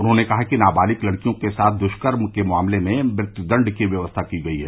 उन्होंने कहा कि नाबालिक लड़कियों के साथ द्ष्कर्म के मामले में मृत्यूदंड की व्यवस्था की गई है